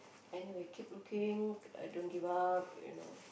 anyway keep looking uh don't give up you know